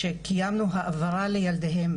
שקיימנו העברה לילדיהם,